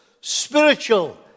spiritual